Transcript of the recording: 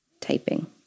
typing